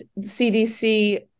CDC